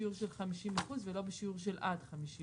שיעור של 50 אחוז ולא בשיעור של עד 50 אחוז.